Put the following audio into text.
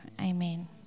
Amen